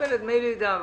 מקבלת דמי לידה,